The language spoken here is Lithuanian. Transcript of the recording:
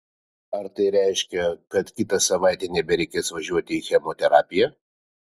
ar tai reiškia kad kitą savaitę nebereikės važiuoti į chemoterapiją